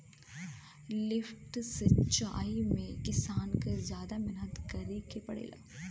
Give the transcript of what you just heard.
lift सिचाई में किसान के जादा मेहनत करे के पड़ेला